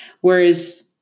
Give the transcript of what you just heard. Whereas